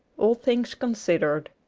all things considered.